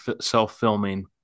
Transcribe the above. self-filming